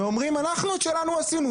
ואומרים אנחנו את שלנו עשינו,